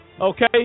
okay